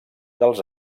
dels